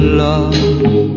love